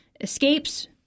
escapes